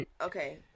Okay